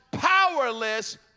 powerless